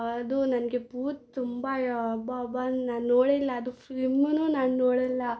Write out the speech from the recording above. ಅದು ನನಗೆ ಭೂತ ತುಂಬ ಅಬ್ಬಾ ಅಬ್ಬಾ ನಾನು ನೋಡಿಲ್ಲ ಅದು ಫಿಲ್ಮುನು ನಾನು ನೋಡಲ್ಲ